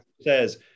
says